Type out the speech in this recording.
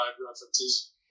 references